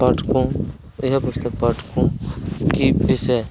पाठकों यह पुस्तक पाठकों के विषय